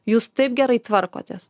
jūs taip gerai tvarkotės